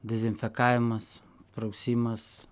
dezinfekavimas prausimas